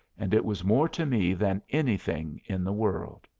and it was more to me than anything in the world.